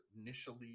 initially